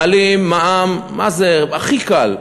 מעלים מע"מ, זה הכי קל.